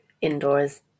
indoors